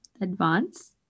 advance